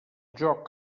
joc